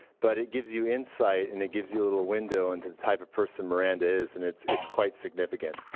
but it gives you insight and it gives you a little window into the type of person miranda is. and it's it's quite significant.